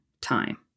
time